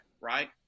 right